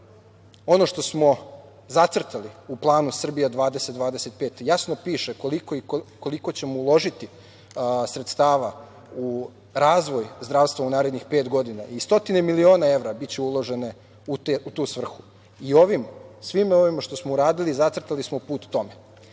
ono što smo zacrtali u planu „Srbija 2025“, jasno piše koliko ćemo uložiti sredstava u razvoj zdravstva u narednih pet godina i stotine miliona evra biće uloženo u tu svrhu. I svim ovim što smo uradili, zacrtali smo put tome. Mogu